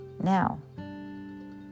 now